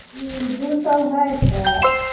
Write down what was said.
ओ दू सए हइ तऽ